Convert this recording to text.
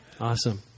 Awesome